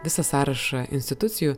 visą sąrašą institucijų